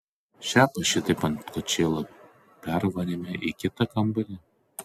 šėpą šitaip ant kočėlo pervarėme į kitą kambarį